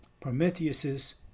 Prometheus